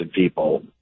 people